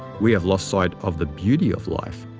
we have lost sight of the beauty of life,